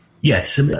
Yes